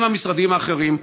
עם המשרדים האחרים,